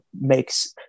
makes